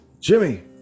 Jimmy